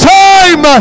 time